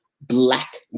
black